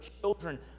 children